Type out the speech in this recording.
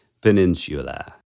peninsula